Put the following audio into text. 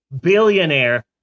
Billionaire